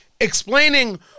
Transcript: explaining